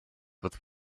with